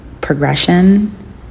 progression